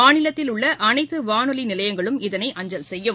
மாநிலத்தில் உள்ள அனைத்து வாளொலி நிலையங்களும் இதனை அஞ்சல் செய்யும்